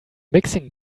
mixing